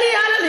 אלי אלאלוף,